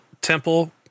Temple